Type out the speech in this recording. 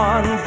One